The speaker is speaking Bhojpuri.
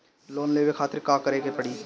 लोन लेवे खातिर का करे के पड़ी?